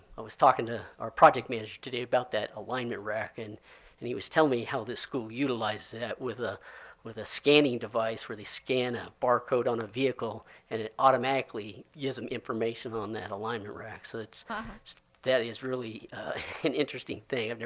i was talking to our project manager today about that alignment rack and and he was telling me how this school utilized that with ah with a scanning device where they scan a barcode on a vehicle and it automatically gives them information on that and alignment rack. so that that is really an interesting thing.